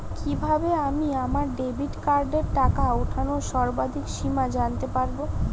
কিভাবে আমি আমার ডেবিট কার্ডের টাকা ওঠানোর সর্বাধিক সীমা জানতে পারব?